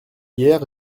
hier